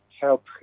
help